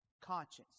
Conscience